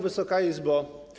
Wysoka Izbo!